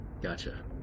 Gotcha